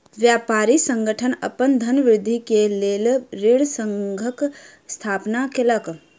व्यापारी संगठन अपन धनवृद्धि के लेल ऋण संघक स्थापना केलक